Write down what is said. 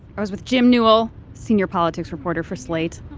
i was with jim newell, senior politics reporter for slate.